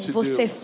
você